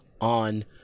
on